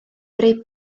greu